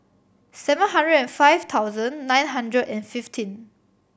seven hundred and five thousand nine hundred and fifteen